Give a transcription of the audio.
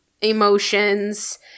emotions